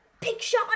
picture